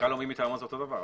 המנכ"ל או מי מטעמו זה אותו דבר.